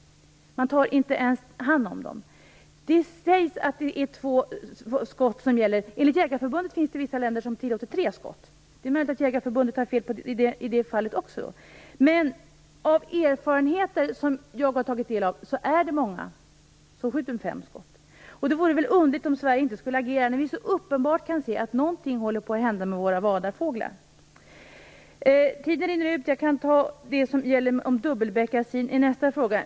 Man tar inte ens hand om dem. Det sägs att det är två skott som gäller. Enligt Jägareförbundet finns det vissa länder som tillåter tre skott, men det är möjligt att Jägareförbundet har fel i det fallet också. Att döma av de erfarenheter jag har tagit del av är det dock många som skjuter med fem skott. Det vore väl underligt om Sverige inte skulle agera när vi så uppenbart kan se att någonting håller på att hända med våra vadarfåglar. Tiden rinner ut; jag får ta det som gäller dubbelbeckasin i nästa inlägg.